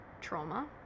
trauma